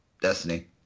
Destiny